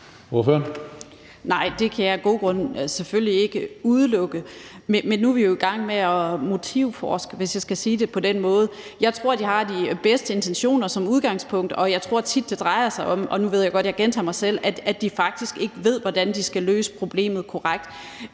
Nej, det kan jeg af gode grunde selvfølgelig ikke udelukke, men nu er vi jo i gang med at motivforske, hvis jeg kan sige det på den måde. Jeg tror, de som udgangspunkt har de bedste intentioner, og jeg tror tit, det drejer sig om – og nu ved jeg godt, jeg gentager mig selv – at de faktisk ikke ved, hvordan de skal løse problemet korrekt.